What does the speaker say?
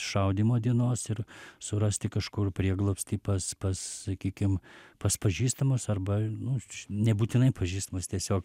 šaudymo dienos ir surasti kažkur prieglobstį pas sakykim pas pažįstamus arba nu nebūtinai pažįstamus tiesiog